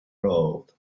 road